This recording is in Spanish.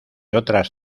otras